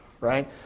right